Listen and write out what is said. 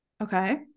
Okay